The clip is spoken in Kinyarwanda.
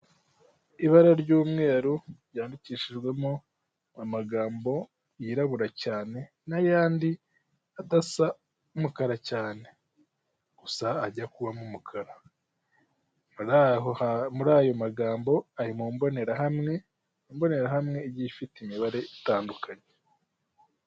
Ibara ry'umweru ryandikishijwemo amagambo yirabura cyane n'ayandi adasa n'umukara cyane, gusa ajya kubamo umukara, muri ayo magambo ari mu mbonerahamwe igiye ifite imibare itandukanye.